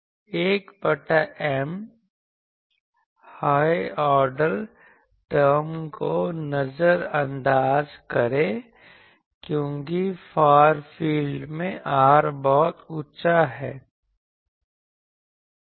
1 बटा rn high order term को नजर अंदाज करें क्योंकि फार फील्ड में r बहुत ऊंचा है